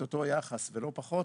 את אותו היחס ולא פחות,